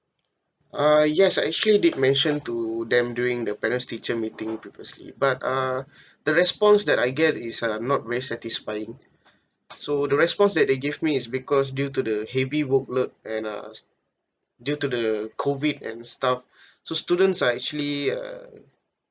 uh yes I actually did mention to them during the parents teacher meeting previously but uh the response that I get is uh not very satisfying so the response that they give me is because due to the heavy booklet and uh due to the COVID and stuff so students are actually uh